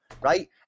right